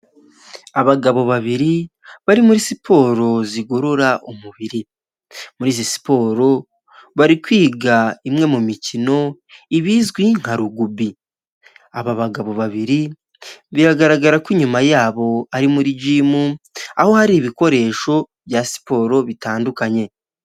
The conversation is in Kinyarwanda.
Abagabo babiri bari muri siporo zigorora umubiri ,murizi siporo bari kwiga imwe mu mikino ibizwi nka rugby ,,aba bagabo babiri biragaragara ko inyuma yabo ari muri gym aho hari ibikoresho bya siporo bitandukanye.